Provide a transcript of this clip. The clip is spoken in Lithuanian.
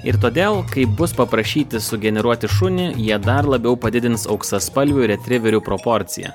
ir todėl kai bus paprašyti sugeneruoti šunį jie dar labiau padidins auksaspalvių retriverių proporciją